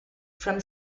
from